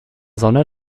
sonne